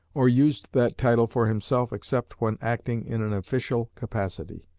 or used that title for himself except when acting in an official capacity.